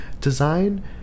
design